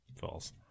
false